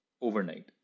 overnight